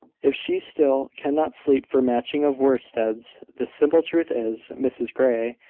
if she still cannot sleep for matching of worsteds the simple truth is, mrs grey,